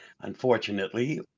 unfortunately